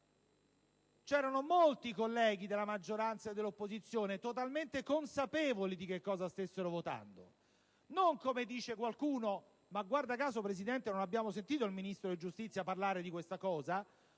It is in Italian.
molti colleghi della maggioranza e dell'opposizione erano totalmente consapevoli di che cosa stessero votando, e non è, come dice qualcuno - e guarda caso, signora Presidente, non abbiamo sentito il Ministro della giustizia parlare di questo